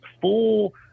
full –